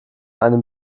einem